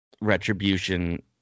retribution